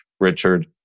Richard